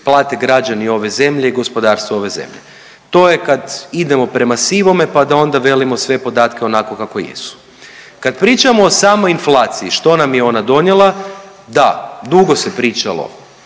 plate građani ove zemlje i gospodarstvo ove zemlje. To je kad idemo prema sivome, pa da onda velimo sve podatke onako kako jesu. Kad pričamo o samoj inflaciji što nam je ona donijela. Da, dugo se pričalo